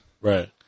Right